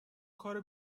کار